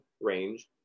range